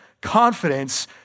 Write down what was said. confidence